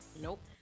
Nope